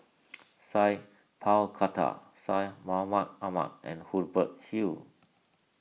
Sat Pal Khattar Syed Mohamed Ahmed and Hubert Hill